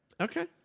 Okay